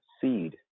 seed